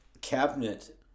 cabinet